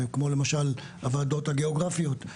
כמו למשל הוועדות הגיאוגרפיות,